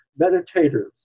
meditators